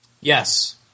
Yes